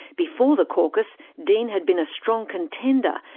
before the caucus, dean had been a strong contender,